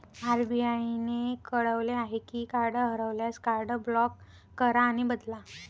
RBI ने कळवले आहे की कार्ड हरवल्यास, कार्ड ब्लॉक करा आणि बदला